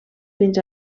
fins